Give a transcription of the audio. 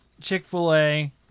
Chick-fil-A